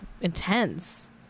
intense